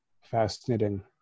fascinating